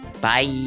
Bye